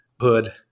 hood –